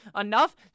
enough